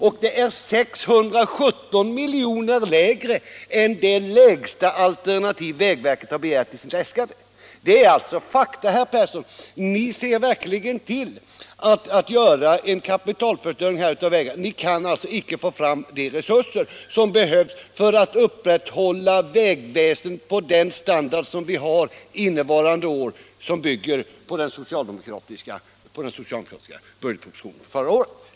Anslaget är 617 milj.kr. lägre än det lägsta alternativ som vägverket har begärt i sina äskanden. Detta är fakta, herr Persson. Ni ser verkligen till att det blir en kapitalförstöring beträffande vägarna. Ni kan inte få fram de resurser som behövs för att upprätthålla innevarande års vägstandard, vilken bygger på den socialdemokratiska budgetpropositionen förra året.